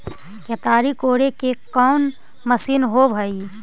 केताड़ी कोड़े के कोन मशीन होब हइ?